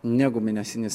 negu mėnesinis